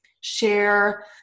share